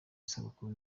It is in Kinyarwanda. isabukuru